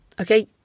Okay